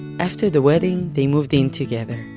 after the wedding they moved in together.